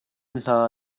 hna